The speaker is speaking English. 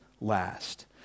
last